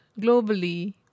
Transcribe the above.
globally